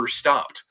stopped